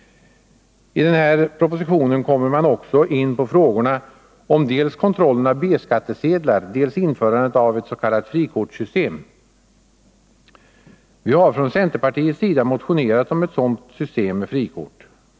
I denna proposition kommer man också in på frågorna om dels kontroll av B-skattsedlar, dels införandet av ett s.k. frikortssystem. Vi har från centerpartiets sida motionerat om ett system med frikort.